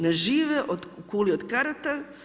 Ne žive od kuli od karata.